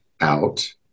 out